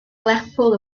lerpwl